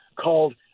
called